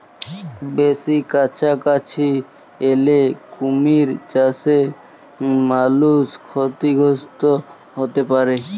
বেসি কাছাকাছি এলে কুমির চাসে মালুষ ক্ষতিগ্রস্ত হ্যতে পারে